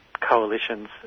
coalitions